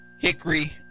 Hickory